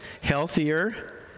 healthier